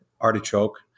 artichoke